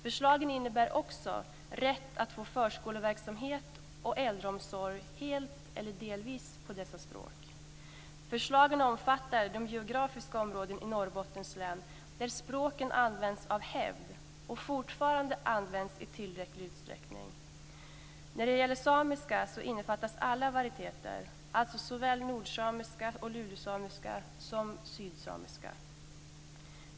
Förslagen innebär också rätt att få förskoleverksamhet och äldreomsorg helt eller delvis på dessa språk. Norrbottens län där språken används av hävd och fortfarande används i tillräcklig utsträckning. När det gäller samiska innefattas alla varieteter, såväl nordsamiska och lulesamiska som sydsamiska.